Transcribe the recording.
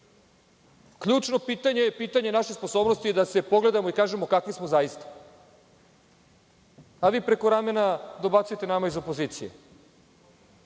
Ključno pitanje je pitanje naše sposobnosti, da se pogledamo i kažemo kakvi smo zaista, a vi preko ramena dobacujete nama iz opozicije.